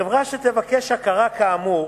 חברה שתבקש הכרה כאמור